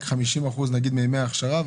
רק 50% מימי ההכשרה,